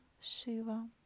Shiva